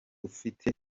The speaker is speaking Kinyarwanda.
ufite